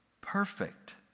Perfect